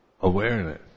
awareness